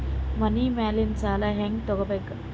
ಮನಿ ಮೇಲಿನ ಸಾಲ ಹ್ಯಾಂಗ್ ತಗೋಬೇಕು?